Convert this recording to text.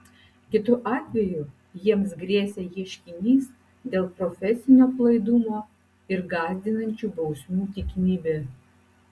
kitu atveju jiems grėsė ieškinys dėl profesinio aplaidumo ir gąsdinančių bausmių tikimybė